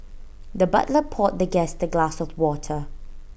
the butler poured the guest A glass of water